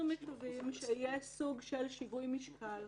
אנחנו מקווים שיהיה סוג של שיווי משקל.